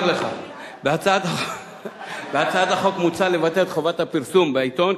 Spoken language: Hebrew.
בהצעת החוק מוצע לבטל את חובת הפרסום בעיתון,